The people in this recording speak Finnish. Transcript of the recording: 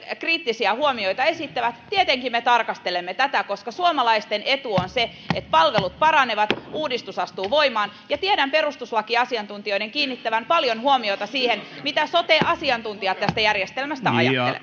kriittisiä huomioita sisältävät tietenkin me tarkastelemme tätä koska suomalaisten etu on se että palvelut paranevat ja uudistus astuu voimaan tiedän perustuslakiasiantuntijoiden kiinnittävän paljon huomiota siihen mitä sote asiantuntijat tästä järjestelmästä